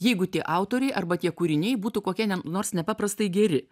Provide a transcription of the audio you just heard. jeigu tie autoriai arba tie kūriniai būtų kokie ne nors nepaprastai geri